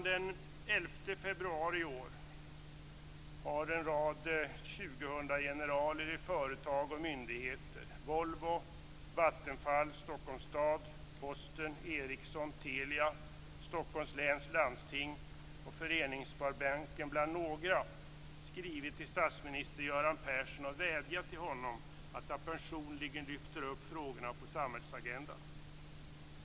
Den 11 februari i år har en rad 2000 generaler i företag och myndigheter - Volvo, Vattenfall, Stockholms stad, Posten, Ericsson, Telia, Stockholms läns landsting och Föreningssparbanken bland några - skrivit till statsminister Göran Persson och vädjat till honom att personligen lyfta upp frågorna på samhällsagendan.